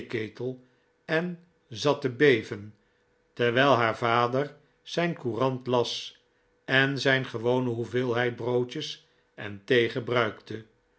theeketel en zat te beven terwijl haar vader zijn courant las en zijn gewone hoeveelheid broodjes en thee gebruikte